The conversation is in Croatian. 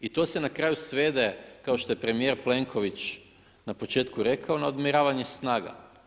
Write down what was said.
I to se na kraju svede kao što je premijer Plenković na početku rekao, na odmjeravanje snaga.